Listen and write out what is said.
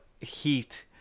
heat